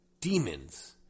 demons